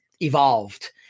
evolved